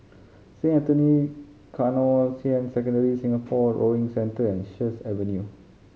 Saint Anthony Canossian Secondary Singapore Rowing Centre and Sheares Avenue